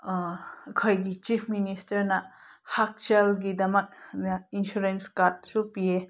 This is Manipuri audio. ꯑꯩꯈꯣꯏꯒꯤ ꯆꯤꯐ ꯃꯤꯅꯤꯁꯇꯔꯅ ꯍꯛꯁꯦꯜꯒꯤꯗꯃꯛꯇ ꯏꯟꯁꯨꯔꯦꯟꯁ ꯀꯥꯔꯠꯁꯨ ꯄꯤꯌꯦ